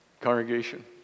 Congregation